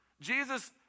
Jesus